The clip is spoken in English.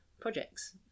projects